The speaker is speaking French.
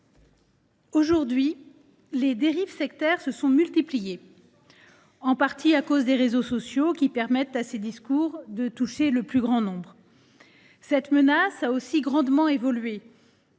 aujourd’hui, les dérives sectaires se multiplient, en partie à cause des réseaux sociaux, qui permettent à ces discours de toucher le plus grand nombre. Cette menace a aussi grandement évolué.